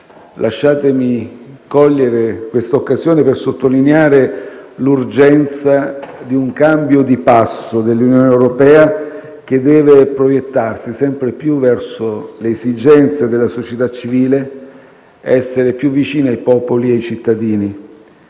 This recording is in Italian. Lasciatemi cogliere questa occasione per sottolineare l'urgenza di un cambio di passo dell'Unione europea, che deve proiettarsi sempre più verso le esigenze della società civile, essere più vicina ai popoli e ai cittadini.